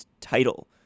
title